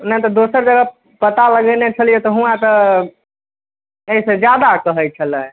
नहि तऽ दोसर जगह पता लगेने छलियै हुआँ तऽ अइ सँ जादा कहै छलै